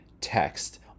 text